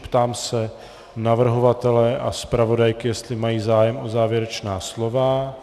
Ptám se navrhovatele a zpravodajky, jestli mají zájem o závěrečná slova.